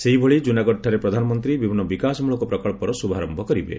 ସେହିଭଳି ଜୁନାଗଡଠାରେ ପ୍ରଧାନମନ୍ତ୍ରୀ ବିଭିନ୍ନ ବିକାଶମୂଳକ ପ୍ରକଳ୍ପର ଶୁଭାରମ୍ଭ କରିବେ